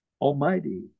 almighty